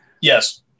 Yes